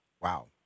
Wow